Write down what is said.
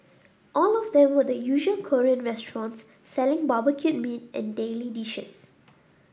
all of them were the usual Korean restaurants selling barbecued meat and daily dishes